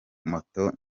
moto